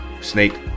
Snake